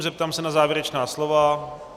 Zeptám se na závěrečná slova.